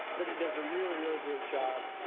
but it does a really, really great job,